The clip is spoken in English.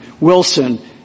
Wilson